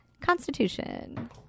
Constitution